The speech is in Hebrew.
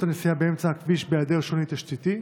הנסיעה באמצע הכביש בהיעדר שוני תשתיתי?